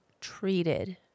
treated